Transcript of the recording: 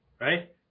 right